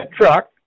truck